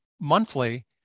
monthly